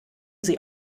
sie